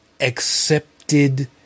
accepted